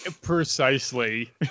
Precisely